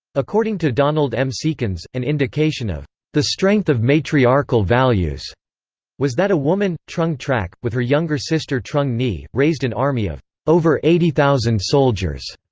according to donald m. seekins, an indication of the strength of matriarchal values was that a woman, trung trac, with her younger sister trung nhi, raised an army of over eighty thousand soldiers.